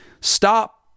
stop